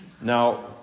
now